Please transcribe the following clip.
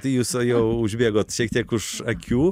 tai jūsų jau užbėgot šiek tiek už akių